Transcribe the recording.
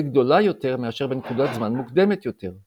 גדולה יותר מאשר בנקודת זמן מוקדמת יותר.